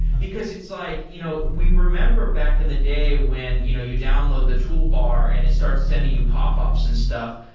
because it's like you know we remember back in the day when you know you download the toolbar and it starts sending you pop-ups and stuff,